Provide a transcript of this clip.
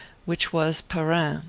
which was perrin.